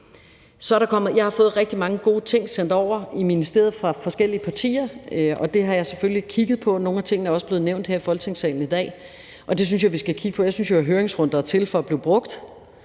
Jeg har fået rigtig mange gode ting sendt over i ministeriet fra forskellige partier, og dem har jeg selvfølgelig kigget på. Nogle af tingene også blevet nævnt her i Folketingssalen i dag, og det synes jeg vi skal kigge på. Jeg synes jo, at høringsrunder er til for at blive brugt.